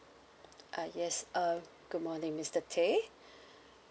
uh yes uh good morning mister teh